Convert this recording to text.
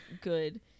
good